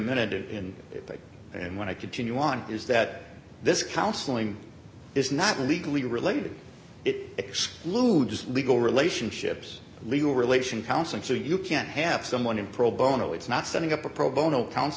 minute in effect and when i continue on is that this counseling is not legally related it excludes legal relationships legal relation counseling so you can't have someone in pro bono it's not setting up a pro bono